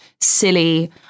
silly